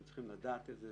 הם צריכים לדעת את זה,